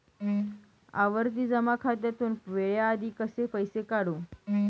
आवर्ती जमा खात्यातून वेळेआधी कसे पैसे काढू?